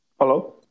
Hello